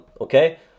okay